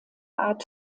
art